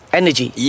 energy